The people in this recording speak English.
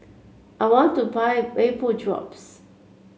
I want to buy Vapodrops